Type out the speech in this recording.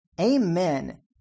Amen